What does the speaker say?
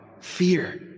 fear